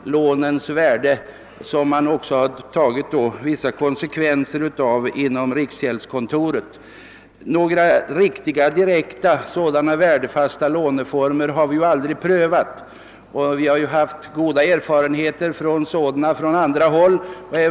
Riksgäldskontoret har också dragit vissa konsekvenser härav, men några direkta värdefasta låneformer har aldrig prövats. Däremot finns det goda erfarenheter av sådana låneformer från andra håll.